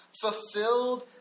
fulfilled